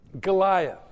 Goliath